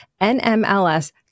NMLS